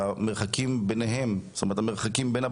שהמרחקים בין הבתים שלהם למקומות עבודתם